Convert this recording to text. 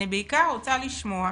אני בעיקר רוצה לשמוע